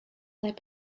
lab